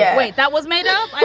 yeah wait. that was made up.